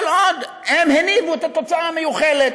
כל עוד הם הניבו את התוצאה המיוחלת.